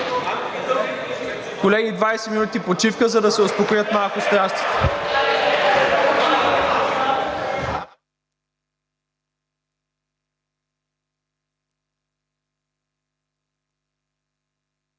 Колеги, 20 минути почивка, за да се успокоят малко страстите.